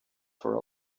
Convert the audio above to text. for